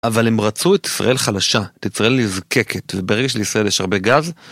אבל הם רצו את ישראל חלשה, את ישראל נזקקת, וברגע של ישראל יש הרבה גז.